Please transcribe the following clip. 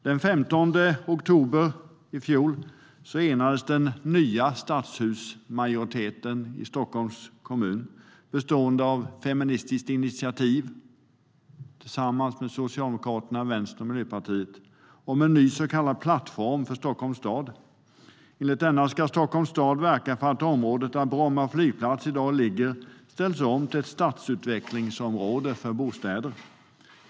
Den 15 oktober i fjol enades den nya stadshusmajoriteten i Stockholms stad, bestående av Feministiskt initiativ, Socialdemokraterna, Vänsterpartiet och Miljöpartiet, om en ny så kallad plattform för Stockholms stad. Enligt den ska Stockholms stad verka för att området där Bromma flygplats i dag ligger ställs om till ett stadsutvecklingsområde för bostäder.